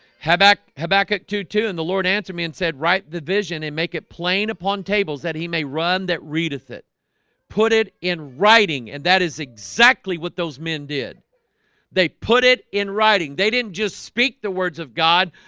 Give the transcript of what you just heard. habakkuk habakkuk two two and the lord answered me and said write the vision and make it plain upon tables that he may run that readeth it put it in writing and that is exactly what those men did they put it in writing. they didn't just speak the words of god.